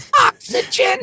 Oxygen